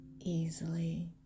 easily